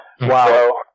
Wow